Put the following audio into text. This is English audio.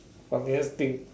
funniest thing